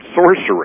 sorcery